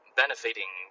benefiting